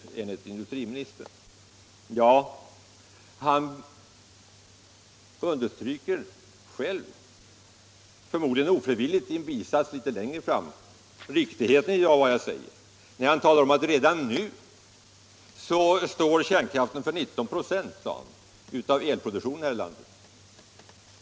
Men industriministern underströk själv, förmodligen ofrivilligt, i en bisats litet längre fram riktigheten av vad jag sagt. Där talar industriministern nämligen om att redan nu står kärnkraften för 19 26 av elproduktionen här i landet.